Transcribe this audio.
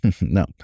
No